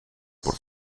por